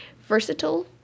versatile